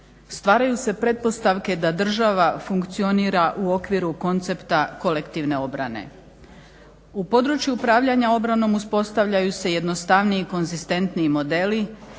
Stvaraju se pretpostavke da država funkcionira u okviru koncepta kolektivne obrane. U području upravljanja obranom uspostavljaju se jednostavniji i konzistentniji modeli,